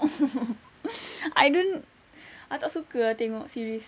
I don't I tak suka ah tengok series